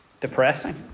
depressing